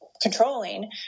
controlling